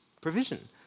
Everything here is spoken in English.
provision